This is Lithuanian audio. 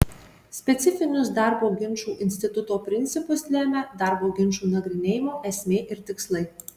specifinius darbo ginčų instituto principus lemia darbo ginčų nagrinėjimo esmė ir tikslai